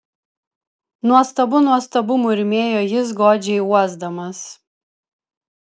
nuostabu nuostabu murmėjo jis godžiai uosdamas